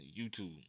YouTube